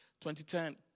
2010